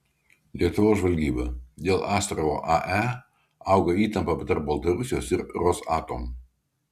lietuvos žvalgyba dėl astravo ae auga įtampa tarp baltarusijos ir rosatom